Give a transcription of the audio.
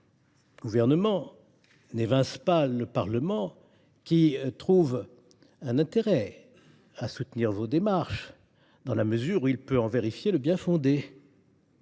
le Gouvernement n’évince pas le Parlement, qui trouve un intérêt à soutenir ses démarches dans la mesure où il peut ainsi en vérifier le bien fondé.